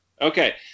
Okay